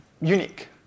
unique